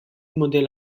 model